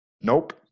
Nope